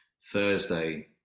Thursday